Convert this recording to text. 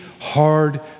hard